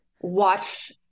watch